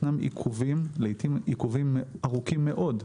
ישנם עיכובים, ולעיתים עיכובים ארוכים מאוד,